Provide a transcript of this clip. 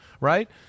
right